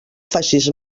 faces